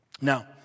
Now